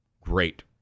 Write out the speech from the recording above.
great